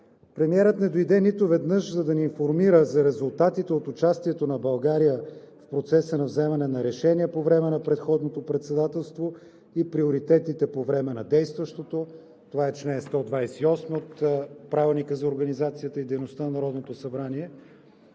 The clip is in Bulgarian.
Премиерът не дойде нито веднъж, за да ни информира за резултатите от участието на България в процеса на вземане на решения по време на предходното председателство и приоритетите по време на действащото. Това е чл. 128 от Правилника за организацията и дейността на Народното събрание.